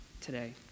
today